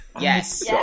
Yes